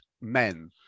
men